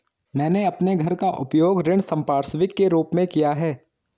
मैंने अपने घर का उपयोग ऋण संपार्श्विक के रूप में किया है